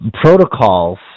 protocols